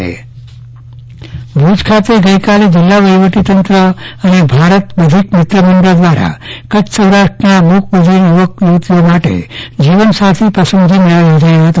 ચંદ્રવદન પટ્ટણી દિવ્યાંગ મેળો ભુજ ખાતે ગઈકાલે જિલ્લા વહીવટીતંત્ર અને ભારત બધિક મિત્રમંડળ દ્વારા કચ્છ સૌરાષ્ટ્રની મૂક બધિર યુવક પ્રવૃતિઓ માટે જીવન સાથી પસંદગી મેળો યોજાયો હતો